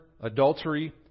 adultery